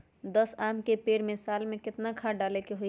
दस आम के पेड़ में साल में केतना खाद्य डाले के होई?